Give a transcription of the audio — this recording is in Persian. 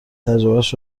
تجربهاش